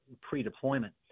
pre-deployment